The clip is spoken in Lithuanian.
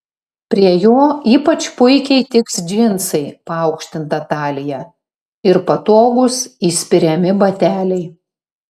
prie jo ypač puikiai tiks džinsai paaukštinta talija ir patogūs įspiriami bateliai